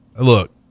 look